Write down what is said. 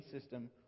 system